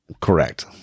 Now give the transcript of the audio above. Correct